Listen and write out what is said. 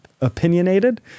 opinionated